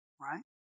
right